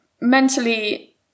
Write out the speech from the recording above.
mentally